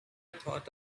thought